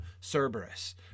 Cerberus